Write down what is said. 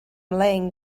laying